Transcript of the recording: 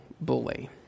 bully